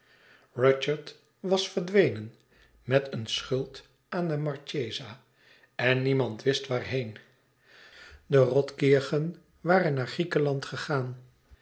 rudyard was verdwenen met een schuld aan de marchesa en niemand wist waarheen de rothkirchen waren naar griekenland gegaan